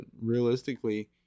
realistically